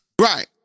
Right